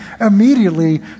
immediately